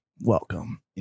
welcome